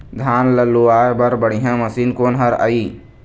धान ला लुआय बर बढ़िया मशीन कोन हर आइ?